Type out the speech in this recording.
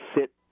sit